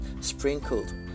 sprinkled